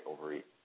overeat